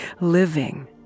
living